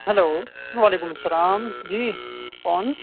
hello وعلیکم السلام جی کون